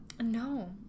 no